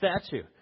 statue